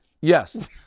Yes